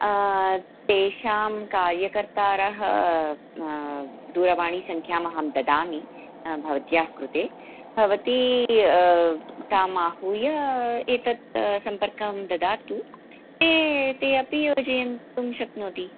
तेषां कार्यकर्तारः दूरवाणिसङ्ख्याम् अहं ददामि भवत्याः कृते भवती ताम् आहूय एतत् सम्पर्कं ददातु ते ते अपि योजयितुं शक्नोति